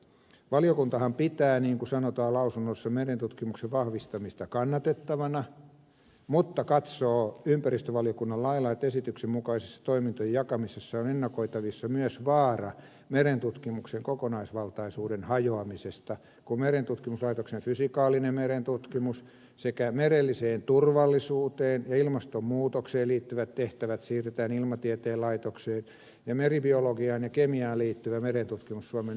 valiokunta pitää niin kuin sanotaan lausunnossa tavoitetta merentutkimuksen vahvistamisesta kannatettavana mutta katsoo ympäristövaliokunnan lailla että esityksen mukaisessa toimintojen jakamisessa on ennakoitavissa myös vaara merentutkimuksen kokonaisvaltaisuuden hajoamisesta kun merentutkimuslaitoksen fysikaalinen merentutkimus sekä merelliseen turvallisuuteen ja ilmastonmuutokseen liittyvät tehtävät siirretään ilmatieteen laitokseen ja meribiologiaan ja kemiaan liittyvä merentutkimus suomen ympäristökeskukseen